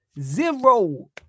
Zero